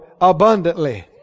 abundantly